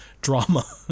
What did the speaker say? drama